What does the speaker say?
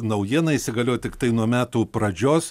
naujiena įsigaliojo tiktai nuo metų pradžios